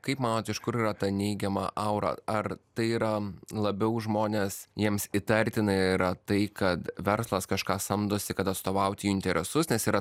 kaip manot iš kur yra ta neigiama aura ar tai yra labiau žmonės jiems įtartina yra tai kad verslas kažką samdosi kad atstovaut jų interesus nes yra